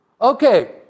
Okay